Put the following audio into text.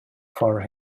for